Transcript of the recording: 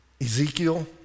Ezekiel